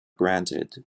granted